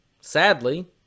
sadly